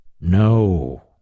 No